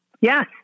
Yes